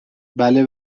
بله